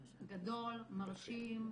גדול, מרשים.